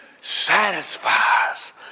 satisfies